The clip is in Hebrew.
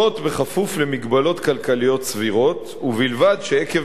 זאת בכפוף למגבלות כלכליות סבירות, ובלבד שעקב